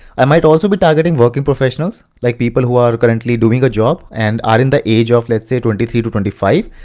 i might also be targeting working professionals, like people who are currently doing a job and are at and the age of let's say twenty three twenty five,